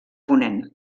ponent